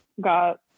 got